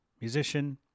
musician